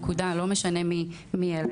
לא משנה מי אלה.